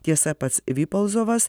tiesa pats vipolzovas